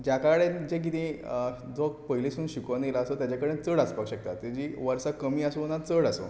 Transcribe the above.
ज्या कडेन जें किदें जो पयलींसून शिकोन येयला सो तेज्या कडेन चड आसपाक शकता तेजी वर्सां कमी आसूं वा ना चड आसूं